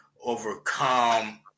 overcome